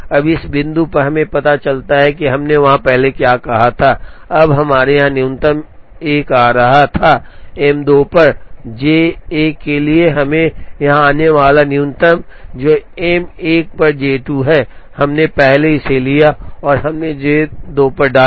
अब इस बिंदु पर हमें पता चलता है कि हमने पहले क्या कहा था अब हमारे यहाँ न्यूनतम 1 आ रहा था M 2 पर J 1 के लिए और यहाँ आने वाला न्यूनतम जो M 1 पर J 2 है हमने पहले इसे लिया और हमने J 2 डाला